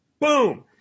boom